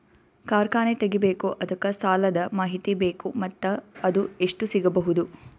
ಕಾರ್ಖಾನೆ ತಗಿಬೇಕು ಅದಕ್ಕ ಸಾಲಾದ ಮಾಹಿತಿ ಬೇಕು ಮತ್ತ ಅದು ಎಷ್ಟು ಸಿಗಬಹುದು?